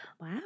Wow